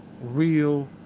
real